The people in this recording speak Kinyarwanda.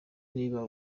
niba